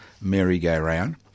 merry-go-round